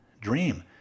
dream